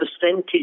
percentage